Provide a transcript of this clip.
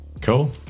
Cool